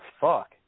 fuck